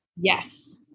yes